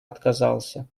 отказался